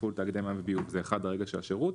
ותאגידי מים וביוב זה 1. הרגל של השירות.